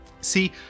See